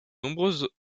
nombreuses